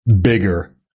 bigger